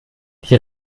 die